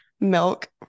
milk